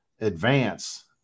advance